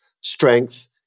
strength